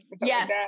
Yes